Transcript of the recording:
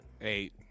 Eight